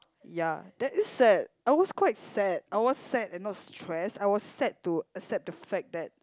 ya that is sad I was quite sad I was sad and not stress I was sad to accept the fact that